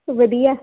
ਵਧੀਆ